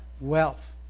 Wealth